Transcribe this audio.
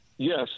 Yes